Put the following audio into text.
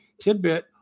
tidbit